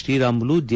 Sriramulu J